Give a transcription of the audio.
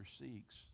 seeks